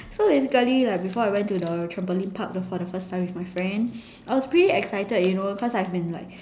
so basically like before I went to the trampoline park for the first time with my friend I was pretty excited you know cause I've been like